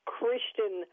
Christian